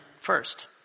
first